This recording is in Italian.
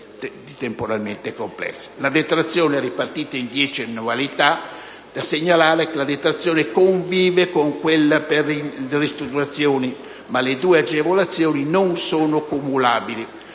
La detrazione è ripartita in dieci annualità di pari importo. Da segnalare infine che la detrazione convive con quella per le ristrutturazioni, ma le due agevolazioni non sono comulabili.